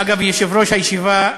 אגב, יושב-ראש הישיבה,